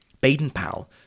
Baden-Powell